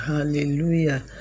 Hallelujah